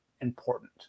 important